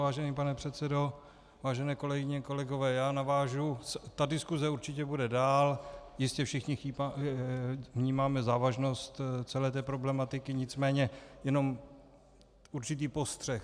Vážený pane předsedo, vážené kolegyně a kolegové, já navážu, ta diskuse určitě bude dál, jistě všichni vnímáme závažnost celé problematiky, nicméně jenom určitý postřeh.